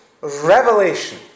revelation